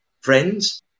friends